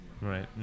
Right